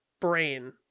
brain